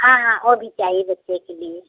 हाँ हाँ वो भी चाहिए बच्चे के लिए